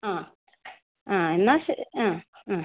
ആ ആ എന്നാൽ ആ ആ